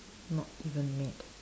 not even mad